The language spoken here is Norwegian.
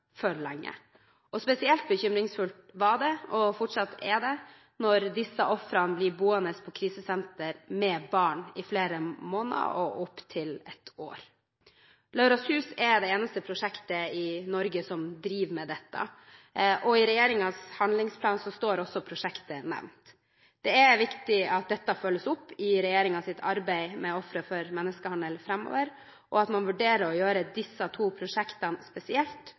lenge. Spesielt bekymringsfullt var det – og er det fortsatt – når disse ofrene blir boende med barn på krisesenter i flere måneder og opp til ett år. Lauras Hus er det eneste prosjektet i Norge som driver med dette, og i regjeringens handlingsplan står prosjektet nevnt. Det er viktig at dette følges opp i regjeringens arbeid med ofre for menneskehandel framover, og at man vurderer å gjøre spesielt disse to prosjektene faste. Interpellanten Nybakk viste i sitt innlegg spesielt